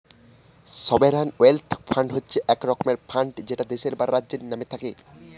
sovereign wealth fund হচ্ছে এক রকমের ফান্ড যেটা দেশের বা রাজ্যের নামে থাকে